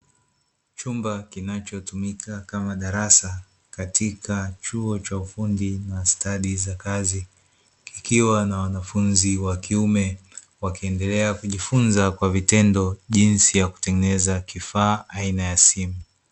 Chumba kinachotumika kama darasa katika chuo cha ufundi na stadi za kazi, kikiwa na wanafunzi wa kiume wakiendelea kujifunza kwa vitendo jinsi ya kutengeneza kifaa aina ya simu.